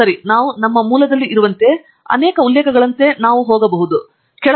ಸರಿ ನಾವು ನಮ್ಮ ಮೂಲದಲ್ಲಿ ಇರುವಂತೆ ಅನೇಕ ಉಲ್ಲೇಖಗಳಂತೆ ನಾವು ಹೋಗುತ್ತಿದ್ದೆವು